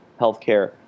healthcare